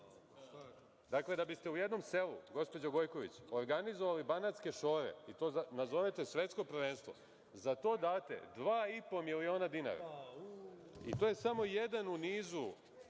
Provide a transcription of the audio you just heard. šore. Dakle, da bi ste u jednom selu, gospođo Gojković organizovali Banatske šore, i to nazovete svetsko prvenstvo, za to date 2,5 miliona dinara… To je samo jedan u nizu